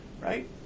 right